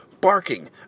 barking